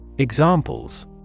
Examples